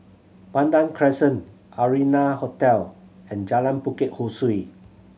Pandan Crescent Arianna Hotel and Jalan Bukit Ho Swee